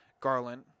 Garland